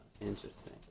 Interesting